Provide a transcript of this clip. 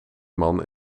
man